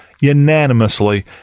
unanimously